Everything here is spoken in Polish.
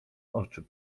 oczy